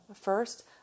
First